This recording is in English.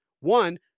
one